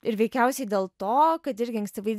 ir veikiausiai dėl to kad irgi ankstyvais